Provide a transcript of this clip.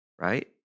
right